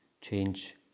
change